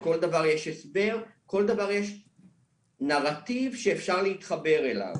לכל דבר יש הסבר ולכל דבר יש נרטיב שאפשר להתחבר אליו.